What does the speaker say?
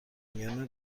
میان